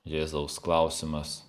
jėzaus klausimas